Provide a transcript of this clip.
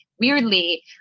weirdly